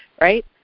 right